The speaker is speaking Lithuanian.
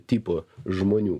tipo žmonių